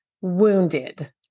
wounded